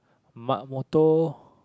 my motto